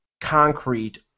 concrete